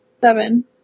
Seven